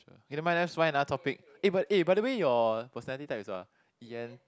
K never mind let's find another topic eh but eh by the way your personality type is what ah E_N